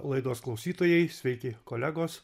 laidos klausytojai sveiki kolegos